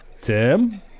Tim